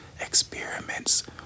experiments